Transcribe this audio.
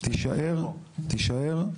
תישאר, תישאר.